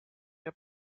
der